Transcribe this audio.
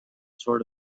sort